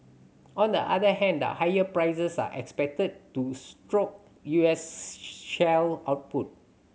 on the other hand the higher prices are expected to stoke U S shale output